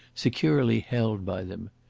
securely held by them.